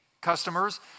customers